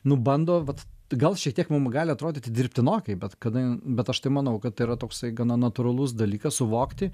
nu bando vat t gal šiek tiek mum gali atrodyti dirbtinokai bet kada bet aš tai manau kad tai yra toksai gana natūralus dalykas suvokti